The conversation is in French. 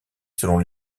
selon